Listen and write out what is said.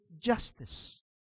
justice